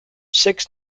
six